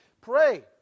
pray